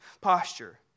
posture